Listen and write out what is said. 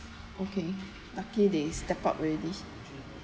okay lucky the step up already